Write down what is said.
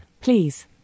Please